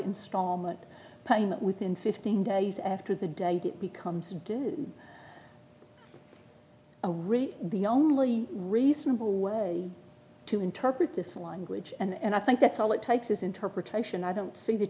installment payment within fifteen days after the date it becomes due a really the only reasonable way to interpret this language and i think that's all it takes is interpretation i don't see that